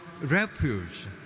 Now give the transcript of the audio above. refuge